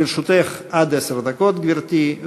לרשותך עד עשר דקות, גברתי.